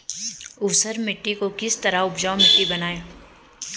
ऊसर मिट्टी को किस तरह उपजाऊ मिट्टी बनाएंगे?